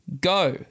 Go